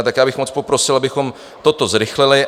Tak já bych moc poprosil, abychom toto zrychlili.